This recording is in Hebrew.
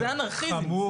זה אנרכיזם.